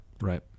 Right